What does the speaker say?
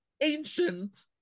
ancient